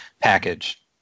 package